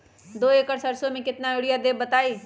दो एकड़ सरसो म केतना यूरिया देब बताई?